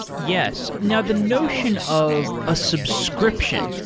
yes. now, the notion of a subscription,